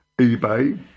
eBay